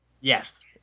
Yes